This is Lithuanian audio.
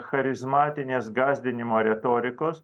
charizmatinės gąsdinimo retorikos